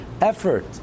effort